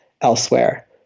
elsewhere